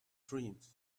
dreams